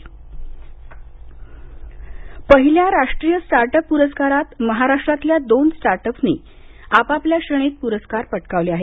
गोयल पहिल्या राष्ट्रीय start up पुरस्कारांत महाराष्ट्रातल्या दोन स्टार्टअपनी आपापल्या श्रेणीत प्रस्कार पटकावले आहेत